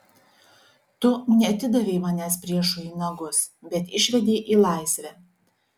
tu neatidavei manęs priešui į nagus bet išvedei į laisvę